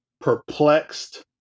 perplexed